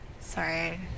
sorry